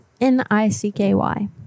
N-I-C-K-Y